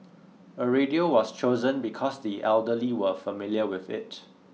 a radio was chosen because the elderly were familiar with it